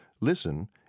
Listen